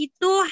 Itu